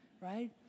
right